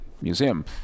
museum